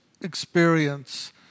experience